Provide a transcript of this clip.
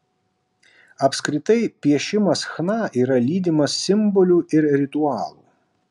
apskritai piešimas chna yra lydimas simbolių ir ritualų